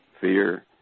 fear